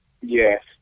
Yes